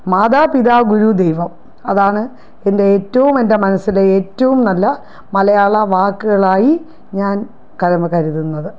മാതാപിതാ ഗുരു ദൈവം അതാണ് എൻ്റെ ഏറ്റവും എൻ്റെ മനസ്സിലെ ഏറ്റവും നല്ല മലയാള വാക്കുകളായി ഞാൻ കരുതുന്നത്